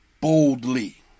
boldly